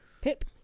Pip